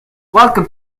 welcome